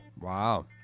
Wow